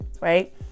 right